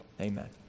amen